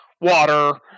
water